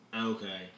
Okay